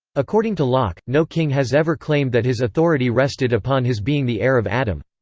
according to locke, no king has ever claimed that his authority rested upon his being the heir of adam.